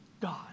God